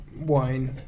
wine